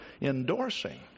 endorsing